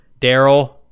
daryl